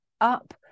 up